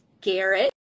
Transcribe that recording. Garrett